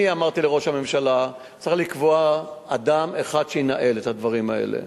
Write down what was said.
אני אמרתי לראש הממשלה: צריך לקבוע אדם אחד שינהל את הדברים האלה.